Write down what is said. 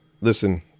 listen